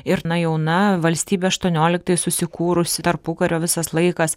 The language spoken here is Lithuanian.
ir na jauna valstybė aštuonioliktais susikūrusi tarpukario visas laikas